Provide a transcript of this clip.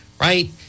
right